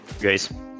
guys